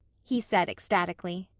he said ecstatically.